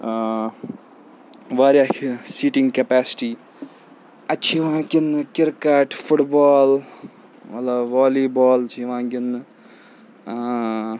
واریاہیٚہہ seating capacity اَتہِ چھِ یِوان گِنٛدنہٕ کِرکَٹ فُٹ بال مطلب والی بال چھِ یِوان گِنٛدنہٕ